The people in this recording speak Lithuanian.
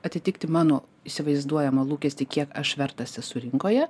atitikti mano įsivaizduojamą lūkestį kiek aš vertas esu rinkoje